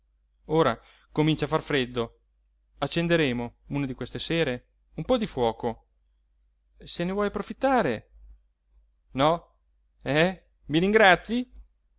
ora comincia a far freddo accenderemo una di queste sere un po di fuoco se ne vuoi profittare no eh i ringrazii